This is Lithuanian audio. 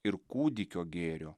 ir kūdikio gėrio